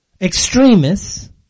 extremists